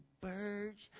birds